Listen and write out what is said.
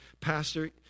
Pastor